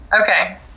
Okay